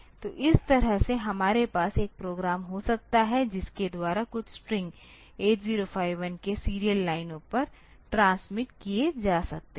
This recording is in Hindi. तो इस तरह से हमारे पास एक प्रोग्राम हो सकता है जिसके द्वारा कुछ स्ट्रिंग8 0 5 1 के सीरियल लाइनों पर ट्रांसमिट किए जा सकते हैं